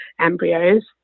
embryos